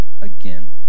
again